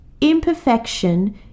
Imperfection